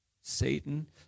Satan